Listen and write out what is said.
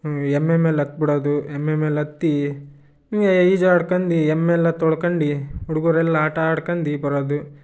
ಎಮ್ಮೆ ಮೇಲೆ ಹತ್ಬಿಡೋದು ಎಮ್ಮೆ ಮೇಲೆ ಹತ್ತಿ ಹೀಗೇ ಈಜಾಡ್ಕಂಡಿ ಎಮ್ಮೆ ಎಲ್ಲ ತೊಳ್ಕಂಡು ಹುಡುಗರೆಲ್ಲ ಆಟ ಆಡ್ಕಂಡಿ ಬರೋದು